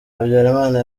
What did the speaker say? habyarimana